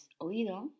oído